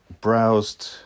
browsed